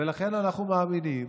ולכן אנחנו מאמינים